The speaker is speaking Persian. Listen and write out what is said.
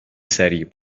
سریع